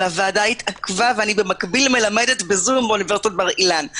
אבל הוועדה התעכבה ובמקביל אני מלמדת בזום באוניברסיטת בר אילן,